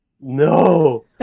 No